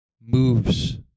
moves